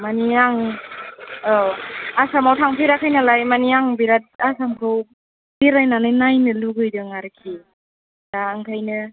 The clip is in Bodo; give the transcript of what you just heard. मानि आं औ आसामाव थांफेराखै नालाय मानि आं बेराद आसामखौ बेरायनानै नायनो लुगैदों आरोखि दा ओंखायनो